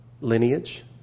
lineage